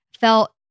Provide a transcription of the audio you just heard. felt